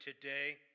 today